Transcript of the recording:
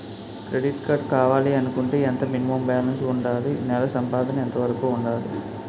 Credit card కావాలి అనుకుంటే ఎంత మినిమం బాలన్స్ వుందాలి? నెల సంపాదన ఎంతవరకు వుండాలి?